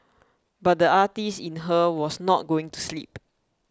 but the artist in her was not going to sleep